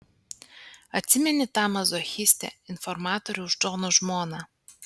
atsimeni tą mazochistę informatoriaus džono žmoną